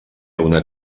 una